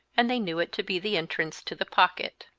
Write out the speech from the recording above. and they knew it to be the entrance to the pocket.